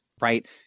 right